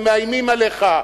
ומאיימים עליך,